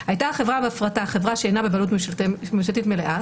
"הייתה החברה בהפרטה חברה שאינה בבעלות ממשלתית מלאה,